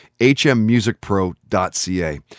hmmusicpro.ca